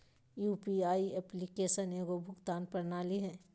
UPI application एगो भुगतान प्रणाली हइ